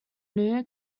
new